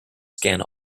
scan